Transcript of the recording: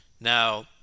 now